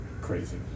crazy